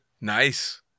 nice